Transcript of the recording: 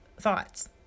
thoughts